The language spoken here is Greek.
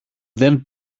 δεν